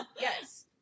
yes